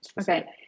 Okay